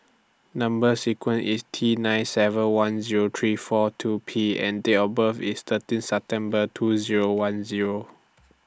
Number sequence IS T nine seven one Zero three four two P and Date of birth IS thirteen September two Zero one Zero